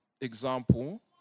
example